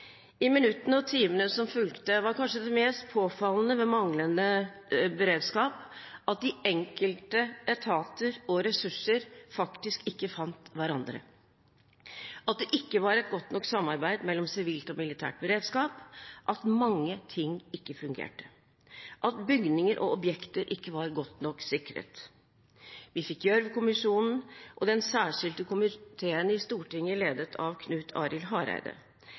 I minuttene og timene som fulgte, var kanskje det mest påfallende ved manglende beredskap at de enkelte etater og ressurser ikke fant hverandre, at det ikke var et godt nok samarbeid mellom sivil og militær beredskap, at mye ikke fungerte, og at bygninger og objekter ikke var godt nok sikret. Vi fikk Gjørv-kommisjonen og Den særskilte komité i Stortinget, ledet av Knut Arild Hareide.